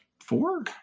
four